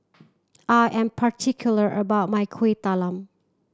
I am particular about my Kueh Talam